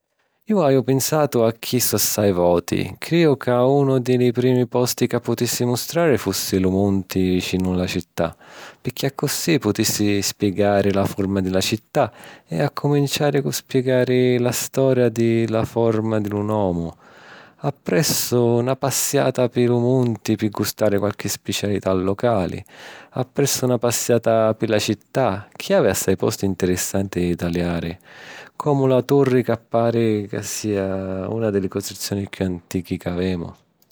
Jo haju pinsatu a chistu assai voti. Criju ca unu di li primi posti ca putissi mustrari fussi lu munti vicinu a la città, picchì accussì putissi spiegari la forma di la città e accuminciari cu spiegari la storia di la forma e di lu nomu. Appressu, na passiata pi lu munti pi gustari qualchi specialità locali. Appressu, na passiata pi la città, chi havi assai posti ntirissanti di taliari, comu la turri ca pari sia una di li costruzioni chiù antichi ca avemu.